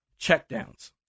checkdowns